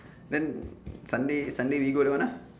then sunday sunday we go down lah